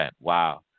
Wow